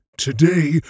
Today